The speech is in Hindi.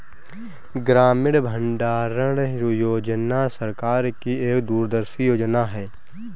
ग्रामीण भंडारण योजना सरकार की एक दूरदर्शी योजना है